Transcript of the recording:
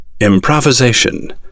Improvisation